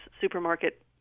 supermarket